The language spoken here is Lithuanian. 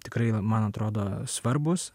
tikrai man atrodo svarbūs